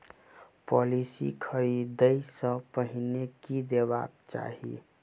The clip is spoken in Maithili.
पॉलिसी खरीदै सँ पहिने की देखबाक चाहि?